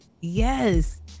Yes